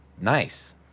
Nice